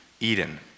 Eden